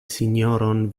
sinjoron